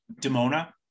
Demona